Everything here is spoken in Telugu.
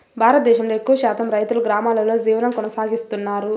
భారతదేశంలో ఎక్కువ శాతం రైతులు గ్రామాలలో జీవనం కొనసాగిస్తన్నారు